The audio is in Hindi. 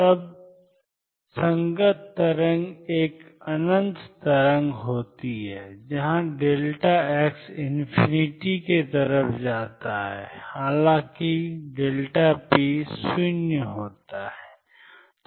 तब संगत तरंग एक अनंत तरंग होती है जहाँ x→∞ हालांकि p0